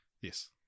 Yes